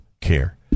care